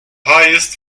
highest